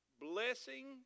Blessing